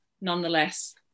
nonetheless